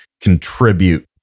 contribute